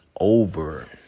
over